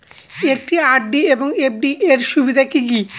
একটি আর.ডি এবং এফ.ডি এর সুবিধা কি কি?